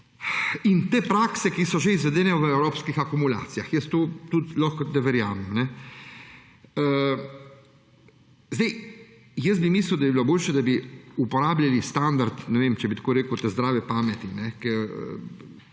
In te prakse, ki so že izvedene v evropskih akumulacijah – jaz to tudi lahko da verjamem. Sam bi mislil, da bi bilo boljše, da bi uporabljali standard, ne vem, če bi tako rekel, te zdrave pameti